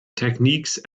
techniques